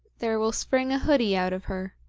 there will spring a hoodie out of her,